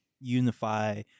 unify